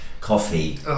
coffee